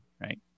right